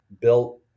built